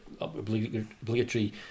obligatory